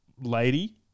lady